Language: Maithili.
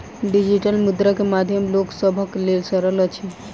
डिजिटल मुद्रा के माध्यम लोक सभक लेल सरल अछि